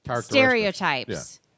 stereotypes